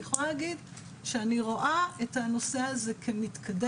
אני יכולה להגיד שאני רואה את הנושא הזה כמתקדם.